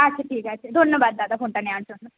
আচ্ছা ঠিক আছে ধন্যবাদ দাদা ফোনটা নেওয়ার জন্য